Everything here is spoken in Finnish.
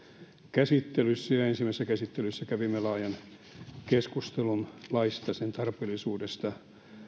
käsittelyssä ensimmäisessä käsittelyssä kävimme laajan keskustelun laista sen tarpeellisuudesta